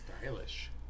Stylish